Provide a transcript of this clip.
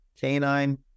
canine